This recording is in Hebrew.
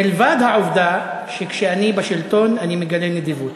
מלבד העובדה שכשאני בשלטון אני מגלה נדיבות.